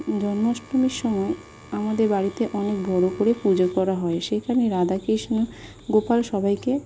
জন্মাষ্টমীর সময় আমাদের বাড়িতে অনেক বড় করে পূজো করা হয় সেখানে রাধাকৃষ্ণ গোপাল সবাইকে